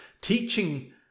teaching